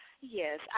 Yes